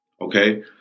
Okay